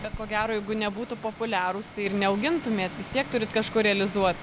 bet ko gero jeigu nebūtų populiarūs tai ir neaugintumėt vis tiek turit kažkur realizuot